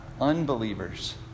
unbelievers